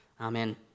Amen